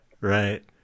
Right